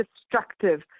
destructive